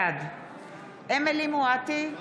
בעד אמילי חיה מואטי,